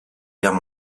guerre